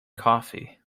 coffee